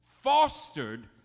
fostered